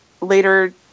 later